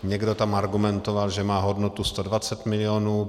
Někdo tam argumentoval, že má hodnotu 120 milionů.